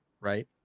right